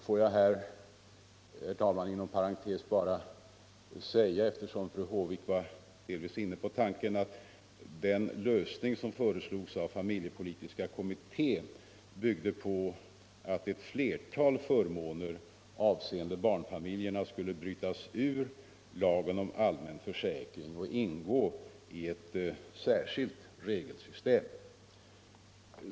Får jag här, herr talman, inom parentes bara säga, eftersom fru Håvik delvis var inne på tanken, att den lösning som föreslogs av familjepolitiska kommittén byggde på att ett flertal förmåner avseende barnfamiljerna skulle brytas ur lagen om allmän försäkring och ingå i ett särskilt regelsystem.